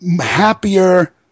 Happier